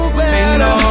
better